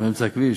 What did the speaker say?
באמצע הכביש.